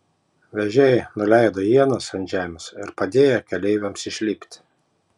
vežėjai nuleido ienas ant žemės ir padėjo keleiviams išlipti